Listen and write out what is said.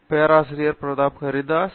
பேராசிரியர் பிரதாப் ஹரிதாஸ் சரி